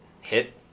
hit